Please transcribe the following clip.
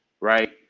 right